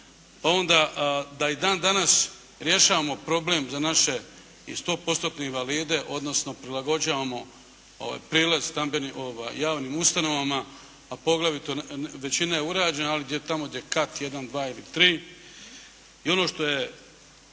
pa onda da i dan danas rješavamo problem za naše i stopostotne invalide, odnosno prilagođavamo ovaj prijelaz javnim ustanovama, a poglavito većine urađena, ali tamo gdje je kat jedan,